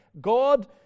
God